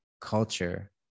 culture